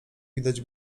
widać